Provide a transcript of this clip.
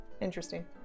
Interesting